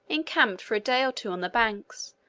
encamped for a day or two on the banks,